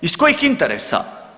Iz kojih interesa?